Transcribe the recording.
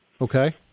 Okay